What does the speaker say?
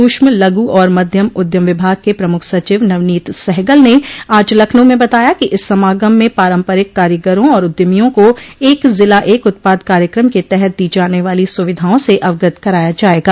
सूक्ष्म लघु और मध्यम उद्यम विभाग के प्रमुख सचिव नवनीत सहगल ने आज लखनऊ में बताया कि इस समागम में पारम्परिक कारीगरों और उद्यमियों को एक जिला एक उत्पाद कार्यक्रम के तहत दी जाने वाली सुविधाओं से अवगत कराया जायेगा